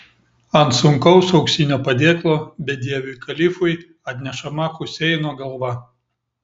ant sunkaus auksinio padėklo bedieviui kalifui atnešama huseino galva